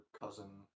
cousin